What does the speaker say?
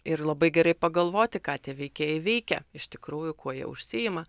ir labai gerai pagalvoti ką tie veikėjai veikia iš tikrųjų kuo jie užsiima